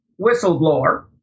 whistleblower